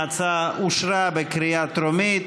ההצעה אושרה בקריאה טרומית.